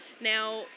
now